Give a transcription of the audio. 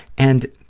and